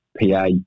PA